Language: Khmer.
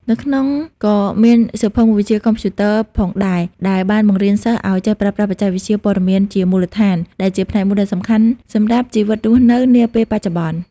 នៅក្នុងក៏មានសៀវភៅមុខវិជ្ជាកុំព្យូទ័រផងដែរ ដែលបានបង្រៀនសិស្សឱ្យចេះប្រើប្រាស់បច្ចេកវិទ្យាព័ត៌មានជាមូលដ្ឋាន ដែលជាផ្នែកមួយដ៏សំខាន់សម្រាប់ជីវិតរស់នៅនាពេលបច្ចុប្បន្ន។